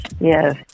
Yes